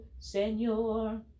señor